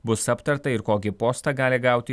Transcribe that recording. bus aptarta ir kokį postą gali gauti